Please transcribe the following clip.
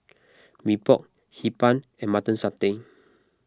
Mee Pok Hee Pan and Mutton Satay